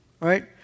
Right